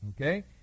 Okay